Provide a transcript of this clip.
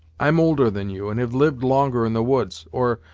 i'm older than you, and have lived longer in the woods or,